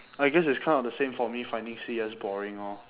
I guess it's kind of the same for me finding C_S boring lor